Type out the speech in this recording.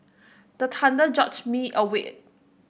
the thunder jolt me awake